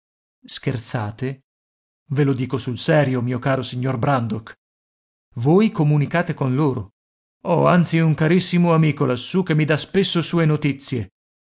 scherzate ve lo dico sul serio mio caro signor brandok voi comunicate con loro ho anzi un carissimo amico lassù che mi dà spesso sue notizie